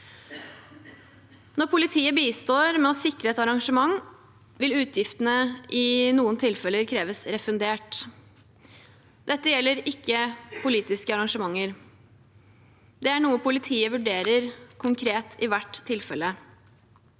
Når politiet bistår med å sikre et arrangement, vil utgiftene i noen tilfeller kreves refundert. Dette gjelder ikke politiske arrangementer. Det er noe politiet vurderer konkret i hvert tilfelle.